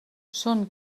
són